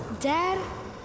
Dad